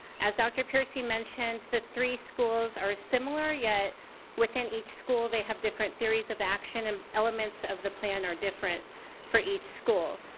as dr. peercy mentioned, the three schools are similar yet within each school they have different theories of action and elements of the plan are different for each school.